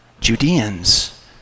Judeans